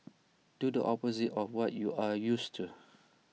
do the opposite of what you are used to